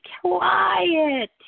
quiet